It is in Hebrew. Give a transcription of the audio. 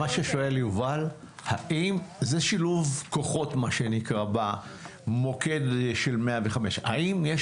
זה שילוב כוחות מה שנקרא במוקד של 105. האם יש